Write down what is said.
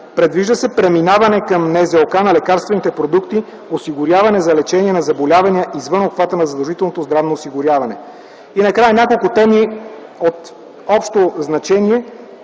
здравноосигурителна каса на лекарствените продукти, осигурявани за лечение на заболявания извън обхвата на задължителното здравно осигуряване. И накрая няколко теми от общо значение.